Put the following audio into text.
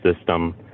system